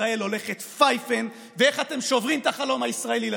ישראל הולכת פייפן ואיך אתם שוברים את החלום הישראלי לחתיכות.